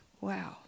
Wow